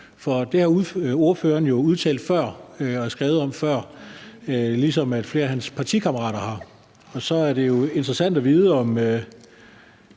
For det har ordføreren jo udtalt og skrevet om før, ligesom flere af hans partikammerater har. Så er det jo interessant at vide: